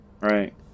right